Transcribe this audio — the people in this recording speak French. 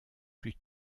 plus